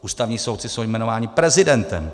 Ústavní soudci jsou jmenováni prezidentem.